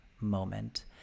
moment